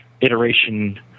iteration